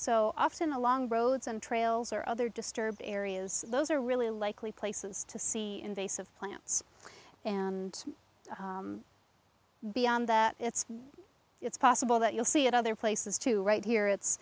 so often along roads and trails or other disturbed areas those are really likely places to see invasive plants and beyond that it's possible that you'll see it other places too right here it's